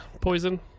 poison